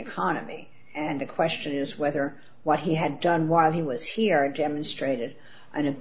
economy and the question is whether what he had done while he was here it demonstrated an